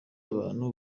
abantu